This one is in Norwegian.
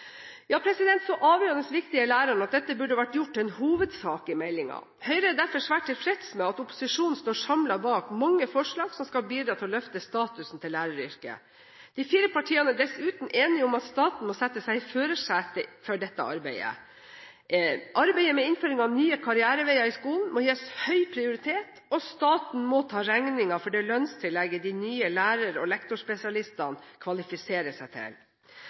Så avgjørende viktig er læreren at dette burde vært gjort til en hovedsak i meldingen. Høyre er derfor svært tilfreds med at opposisjonen står samlet bak mange forslag som skal bidra til å løfte statusen til læreryrket. De fire partiene er dessuten enige om at staten må sette seg i førersetet for dette arbeidet. Arbeidet med innføring av nye karriereveier i skolen må gis høy prioritet, og staten må ta regningen for det lønnstillegget de nye lærer- og lektorspesialistene kvalifiserer seg til.